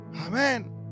amen